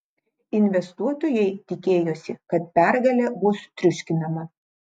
investuotojai tikėjosi kad pergalė bus triuškinama